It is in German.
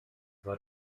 war